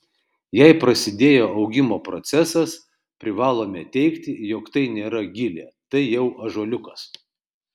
jei prasidėjo augimo procesas privalome teigti jog tai nėra gilė tai jau ąžuoliukas